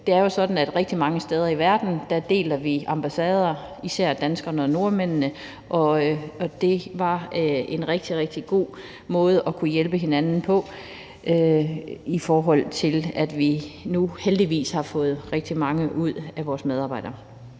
Det er jo sådan, at rigtig mange steder i verden deler vi ambassader, især danskerne og nordmændene, og det var en rigtig, rigtig god måde at kunne hjælpe hinanden på, i forhold til at vi nu heldigvis har fået rigtig mange af vores medarbejdere